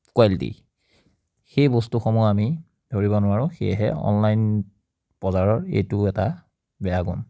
quality সেই বস্তুসমূহ আমি ধৰিব নোৱাৰোঁ সেয়েহে অনলাইন বজাৰৰ এইটোও এটা বেয়া গুণ